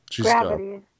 Gravity